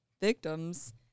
victims